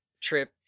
Trip